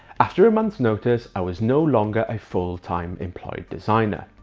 after a month notice, i was no longer a full-time employed designer.